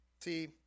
See